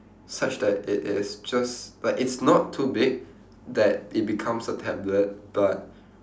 such that it it is just like it's not too big that it becomes a tablet but